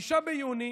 5 ביוני,